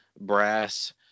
brass